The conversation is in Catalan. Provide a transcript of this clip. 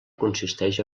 consisteix